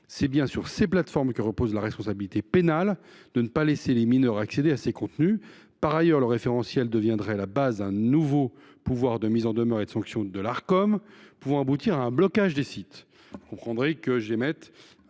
C’est bien sur ces plateformes que repose la responsabilité pénale de ne pas laisser les mineurs accéder à leurs contenus. Par ailleurs, le référentiel deviendrait la base d’un nouveau pouvoir de mise en demeure et de sanction de l’Arcom, pouvant aboutir au blocage des sites.